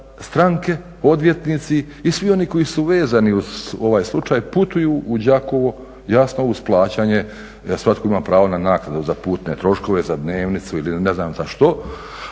stranke, odvjetnici i svi oni koji su vezani uz ovaj slučaj putuju u Đakovo, jasno uz plaćanje, svatko ima pravo na naknadu za putne troškove, za dnevnicu ili ne znam za što.